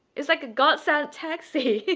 it's like a godsent taxi!